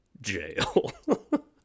jail